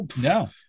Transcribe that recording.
No